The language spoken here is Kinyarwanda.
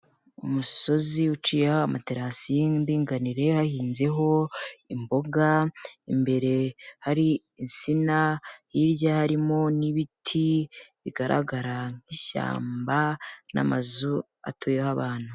Umusozi uciyeho amaterasi y'indinganire hahinzeho imboga, imbere hari insina, hirya harimo n'ibiti bigaragara nk'ishyamba n'amazu atuyeho abantu.